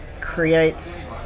creates